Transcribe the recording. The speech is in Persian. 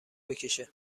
بکشه